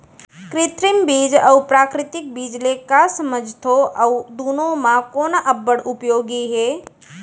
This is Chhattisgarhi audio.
कृत्रिम बीज अऊ प्राकृतिक बीज ले का समझथो अऊ दुनो म कोन अब्बड़ उपयोगी हे?